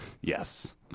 Yes